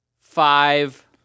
five